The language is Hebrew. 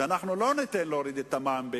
בחירות,